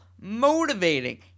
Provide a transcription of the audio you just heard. motivating